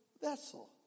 vessel